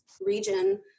region